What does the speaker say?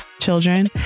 children